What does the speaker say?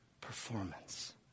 performance